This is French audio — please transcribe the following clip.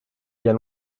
bien